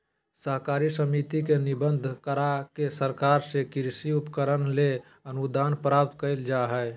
सहकारी समिति के निबंधन, करा के सरकार से कृषि उपकरण ले अनुदान प्राप्त करल जा हई